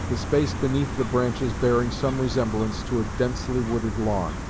the space beneath the branches bearing some resemblance to a densely wooded lawn.